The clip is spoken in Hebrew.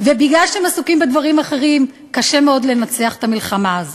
ובגלל שהם עסוקים בדברים אחרים קשה מאוד לנצח במלחמה הזאת.